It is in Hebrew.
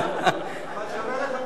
אבל שווה לחכות.